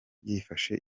byifashe